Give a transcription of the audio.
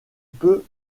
peu